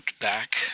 back